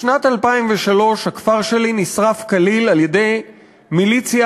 בשנת 2003 הכפר שלי נשרף כליל על-ידי מיליציה